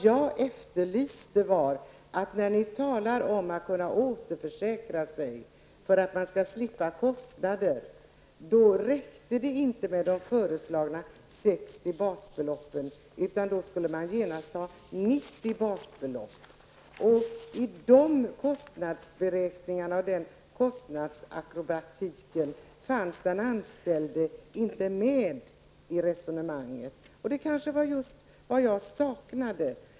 Ni talade om att man skall kunna återförsäkra sig för att slippa kostnader, och då räckte det inte med de föreslagna 60 basbeloppen, utan då skulle man genast ha 90 basbelopp. I resonemanget om de kostnadsberäkningarna och den kostnadsakrobatiken fanns den anställde inte med. Detta var kanske just vad jag saknade.